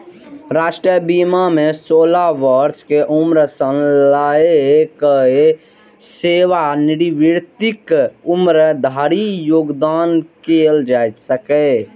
राष्ट्रीय बीमा मे सोलह वर्ष के उम्र सं लए कए सेवानिवृत्तिक उम्र धरि योगदान कैल जा सकैए